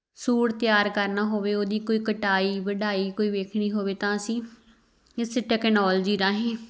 suit ਤਿਆਰ ਕਰਨਾ ਹੋਵੇ ਉਹਦੀ ਕੋਈ ਕਟਾਈ ਵਢਾਈ ਕੋਈ ਵੇਖਣੀ ਹੋਵੇ ਤਾਂ ਅਸੀਂ ਇਸ ਟੈਕਨੋਲਜੀ ਰਾਹੀਂ